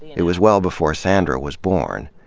it was well before sandra was born,